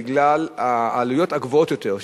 בגלל העלויות הגבוהות יותר,